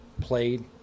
Played